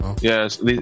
yes